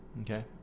Okay